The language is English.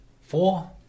four